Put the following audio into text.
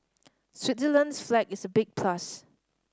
Switzerland's flag is a big plus